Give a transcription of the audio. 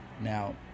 Now